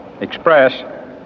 express